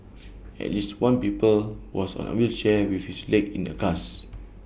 at least one pupil was on A wheelchair with his leg in A cast